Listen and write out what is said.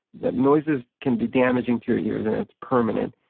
that noises can be damaging to your ears and it's permanent,